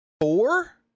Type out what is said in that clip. four